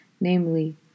namely